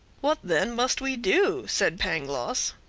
what, then, must we do? said pangloss.